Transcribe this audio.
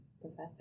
Professor